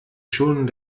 schon